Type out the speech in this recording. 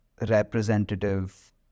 representative